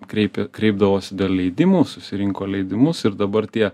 kreipė kreipdavosi dėl leidimo susirinko leidimus ir dabar tie